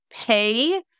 pay